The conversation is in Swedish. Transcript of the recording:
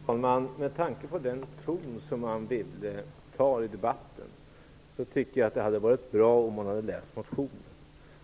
Fru talman! Med tanke på den ton som Anne Wibble tar sig i debatten tycker jag att det hade varit bra om hon hade läst motionen.